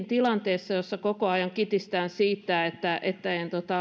tilanteessa jossa muutenkin koko ajan kitistään siitä että että